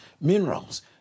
Minerals